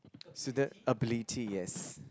student ability yes